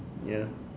ya